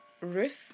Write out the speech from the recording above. Ruth